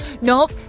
Nope